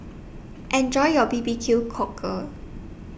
Enjoy your B B Q Cockle